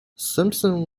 simpson